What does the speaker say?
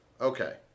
Okay